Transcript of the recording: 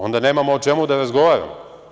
Onda nemamo o čemu da razgovaramo.